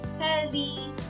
healthy